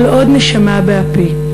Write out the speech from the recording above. כל עוד נשמה באפי,